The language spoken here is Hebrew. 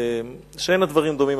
שאין הדברים דומים,